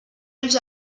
ulls